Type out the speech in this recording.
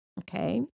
Okay